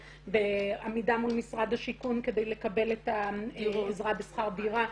בעמידה מול משרד השיכון כדי לקבל את העזרה בשכר דירה,